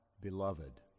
beloved